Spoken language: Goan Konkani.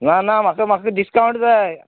ना ना म्हाक म्हाका डिस्काउंट जाय